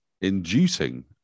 inducing